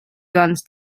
guns